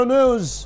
News